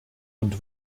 und